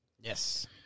Yes